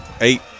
eight